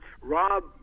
Rob